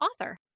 author